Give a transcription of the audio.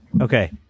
Okay